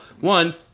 One